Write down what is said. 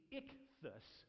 ichthus